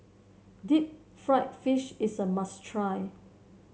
Deep Fried Fish is a must try